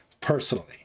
personally